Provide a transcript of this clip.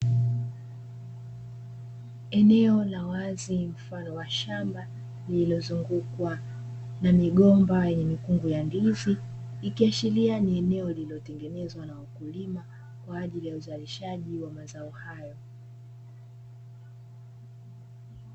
Eneo la wazi mfano wa shamba lililozungukwa na migomba yenye mikungu ya ndizi, ikiashiria ni eneo lililotengenezwa na wakulima kwa ajili ya uzalishaji wa mazao hayo.